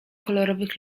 kolorowych